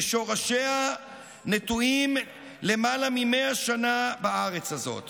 ששורשיה נטועים למעלה מ-100 שנה בארץ הזאת,